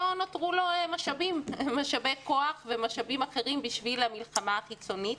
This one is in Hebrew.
לא נותרו לו משאבים משאבי כוח ומשאבים אחרים בשביל המלחמה החיצונית.